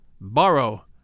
Borrow